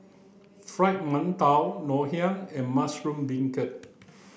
fried Mantou Ngoh Hiang and mushroom Beancurd